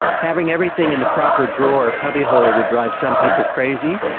having everything in the proper drawer or cubbyhole would drive some people crazy,